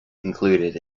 included